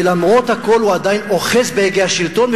ולמרות הכול הוא עדיין אוחז בהגה השלטון.